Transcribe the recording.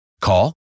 Call